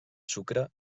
sucre